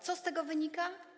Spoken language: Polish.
Co z tego wynika?